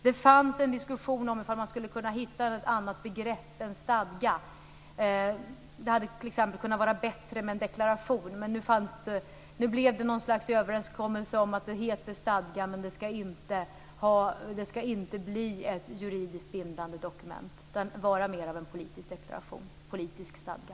Det fanns en diskussion om ifall man skulle kunna hitta något annat begrepp än stadga. Det hade t.ex. kunnat vara bättre med en deklaration. Men nu blev det något slags överenskommelse om att det heter stadga men att det inte skall bli ett juridiskt bindande dokument, utan det skall vara mer av en politisk stadga.